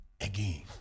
again